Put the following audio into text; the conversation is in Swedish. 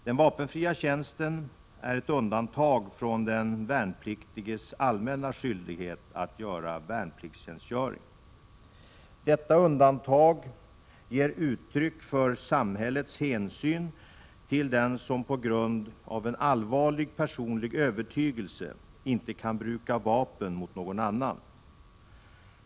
Den vapenfria tjänsten är ett undantag från den värnpliktiges allmänna skyldighet att göra värnpliktstjänstgöring. Detta undantag ger uttryck för samhällets hänsyn till den som på grund av en allvarlig personlig övertygelse inte kan bruka vapen mot någon annan.